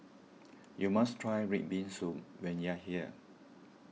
you must try Red Bean Soup when you are here